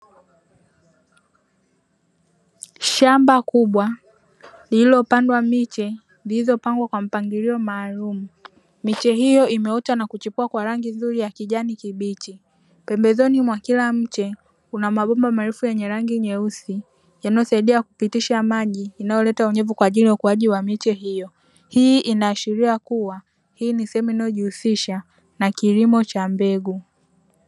Shamba kubwa lililopandwa miche zilizopangwa kwa mpangilio maalumu, miche hiyo imeota na kuchipua kwa rangi nzuri ya kijani kibichi, pembezoni mwa kila mche kuna mabomba marefu yenye rangi nyeusi, yanayosaidia kupitisha maji yanayoleta unyevu kwaajili ya ukuaji wa miche hiyo, hii inaashiria kuwa hii ni sehemu inayojihusisha na kilimo cha mbegu.